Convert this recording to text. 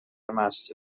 مستی